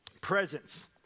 presence